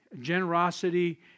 generosity